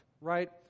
right